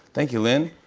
thank you, lin.